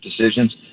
decisions